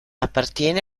appartiene